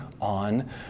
on